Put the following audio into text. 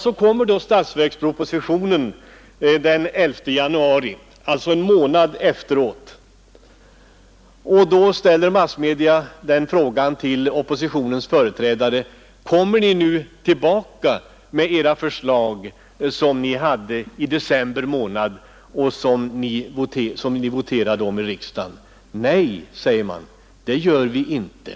Så kommer statsverkspropositionen den 11 januari 1972, alltså endast en månad efteråt, och då ställer massmedia den frågan till oppositionens företrädare: Kommer ni nu tillbaka med era förslag från december månad som ni voterade om i riksdagen? — Nej, säger man, det gör vi inte.